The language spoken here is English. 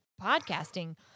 podcasting